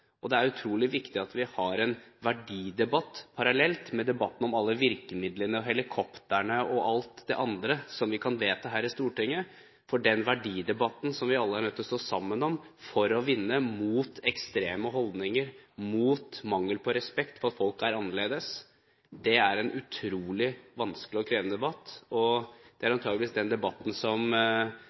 ille. Det er utrolig viktig at vi har en verdidebatt parallelt med debatten om alle virkemidlene, helikoptrene og alt det andre som vi kan vedta her i Stortinget, for den verdidebatten som vi alle er nødt til å stå sammen om for å vinne mot ekstreme holdninger, mot mangel på respekt for at folk er annerledes, er en utrolig vanskelig og krevende debatt. Det er antageligvis en debatt som